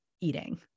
eating